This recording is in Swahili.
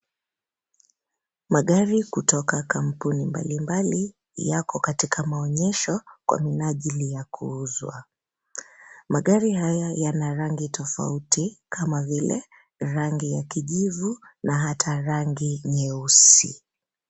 Magari kutoka kampuni mbalimbali yako katika maonyesho kwa minajili ya kuuzwa. Magari haya yana rangi tofauti, kama vile, rangi ya kijivu na hata rangi nyeusi.